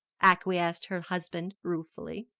acquiesced her husband ruefully.